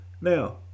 Now